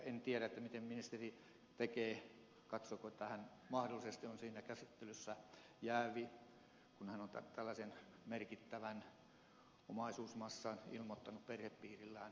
en tiedä miten ministeri tekee katsooko että hän mahdollisesti on siinä käsittelyssä jäävi kun hän on tällaisen merkittävän omaisuusmassan ilmoittanut perhepiirillään olevan